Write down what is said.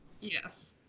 Yes